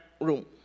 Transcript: room